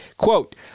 Quote